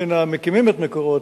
מהמקימים את "מקורות",